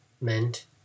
meant